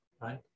right